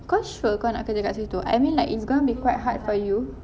kau sure kau nak kerja kat situ I mean like it's going to be quite hard for you